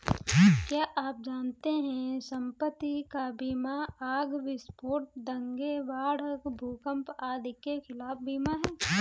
क्या आप जानते है संपत्ति का बीमा आग, विस्फोट, दंगे, बाढ़, भूकंप आदि के खिलाफ बीमा है?